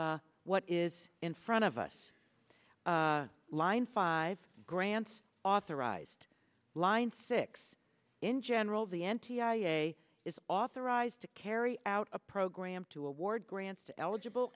what is in front of us line five grants authorized line six in general the n t i a is authorized to carry out a program to award grants to eligible